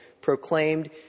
proclaimed